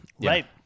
Right